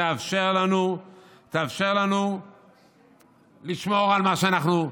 תאפשר לנו לשמור על מה שאנחנו,